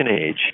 age